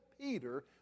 Peter